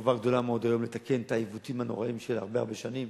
חובה גדולה מאוד היום לתקן את העיוותים הנוראיים של הרבה הרבה שנים,